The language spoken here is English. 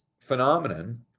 phenomenon